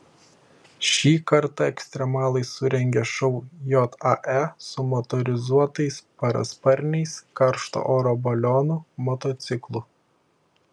šį kartą ekstremalai surengė šou jae su motorizuotais parasparniais karšto oro balionu motociklu